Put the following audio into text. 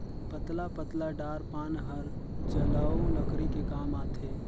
पतला पतला डार पान हर जलऊ लकरी के काम आथे